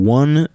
one